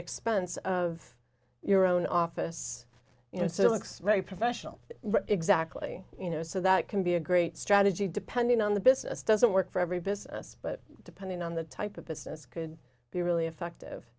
expense of your own office you know silex very professional exactly you know so that can be a great strategy depending on the business doesn't work for every business but depending on the type of business could be really effective